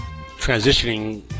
transitioning